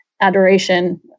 adoration